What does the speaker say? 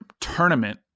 tournament